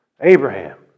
Abraham